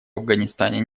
афганистане